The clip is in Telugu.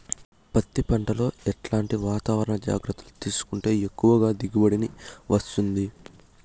పత్తి పంట లో ఎట్లాంటి వాతావరణ జాగ్రత్తలు తీసుకుంటే ఎక్కువగా దిగుబడి వస్తుంది?